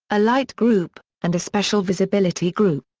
a light group, and a special visibility group.